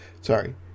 Sorry